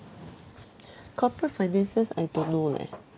corporate finances I don't know leh